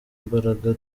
mbaraga